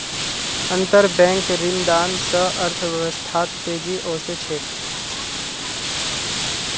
अंतरबैंक ऋणदान स अर्थव्यवस्थात तेजी ओसे छेक